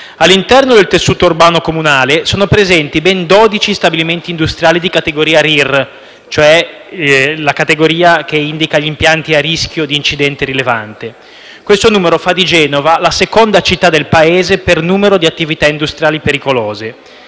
All'interno del tessuto urbano comunale sono presenti ben 12 stabilimenti industriali di categoria RIR (a rischio di incidente rilevante). Questo numero fa di Genova la seconda città del Paese per numero di attività industriali pericolose.